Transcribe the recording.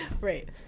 right